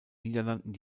niederlanden